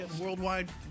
worldwide